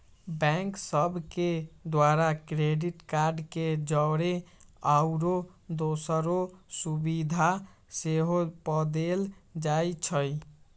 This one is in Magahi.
बैंक सभ के द्वारा क्रेडिट कार्ड के जौरे आउरो दोसरो सुभिधा सेहो पदेल जाइ छइ